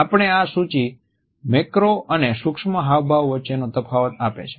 આપણને આ સૂચિ મેક્રો અને સૂક્ષ્મ હાવભાવ વચ્ચેનો તફાવત આપે છે